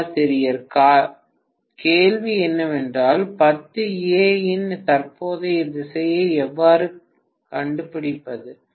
பேராசிரியர் கேள்வி என்னவென்றால் 10 ஏ இன் தற்போதைய திசையை எவ்வாறு கண்டுபிடிப்பது